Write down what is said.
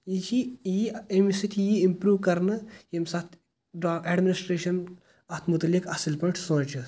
یہِ چھ یی ییٚمہِ سۭتۍ یی اِمپرٛوٗ کَرنہٕ ییٚمہِ ساتہٕ ایڈمِنِسٹرٛیشَن اَتھ مُتعلِق اصٕل پٲٹھۍ سونٛچہِ